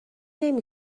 نمی